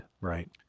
right